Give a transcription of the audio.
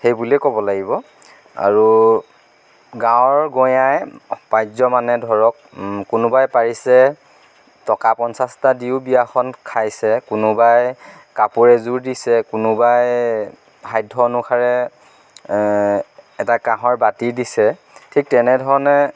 সেই বুলিয়েই ক'ব লাগিব আৰু গাঁৱৰ গঞাই পাৰ্যমানে ধৰক কোনোবাই পাৰিছে টকা পঞ্চাশটা দিয়ো বিয়াখন খাইছে কোনোবাই কাপোৰ এযোৰ দিছে কোনোবাই সাধ্য অনুসাৰে এটা কাঁহৰ বাটি দিছে ঠিক তেনেধৰণে